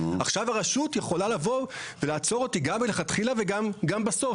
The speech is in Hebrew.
עכשיו הרשות יכולה לבוא ולעצור אותי גם מלכתחילה וגם בסוף.